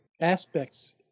aspects